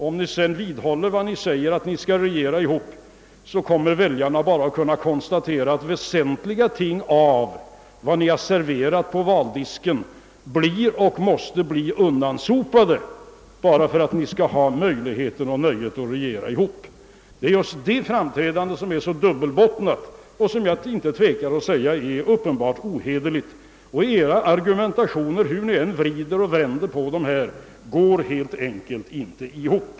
Om ni sedan håller fast vid vad ni säger — att ni skall regera tillsammans — kommer väljarna att kunna konstatera att väsentliga ting som ni serverat på valdisken blir undansopade för att ni skall ha möjligheten och nöjet att regera ihop. Det är just detta framträdande som är så dubbelbottnat och som jag inte tvekar att kalla uppenbart ohederligt. Hur ni än vrider och vänder på era argumentationer, så går det helt enkelt inte ihop.